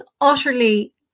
utterly